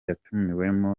yatumiwemo